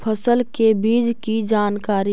फसल के बीज की जानकारी?